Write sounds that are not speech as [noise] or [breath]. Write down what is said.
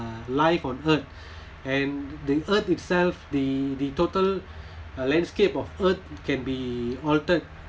uh life on earth [breath] and the earth itself the the total uh landscape of earth can be altered